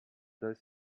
does